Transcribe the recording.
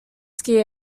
ski